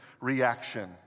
reaction